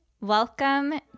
Welcome